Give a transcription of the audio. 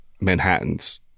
manhattans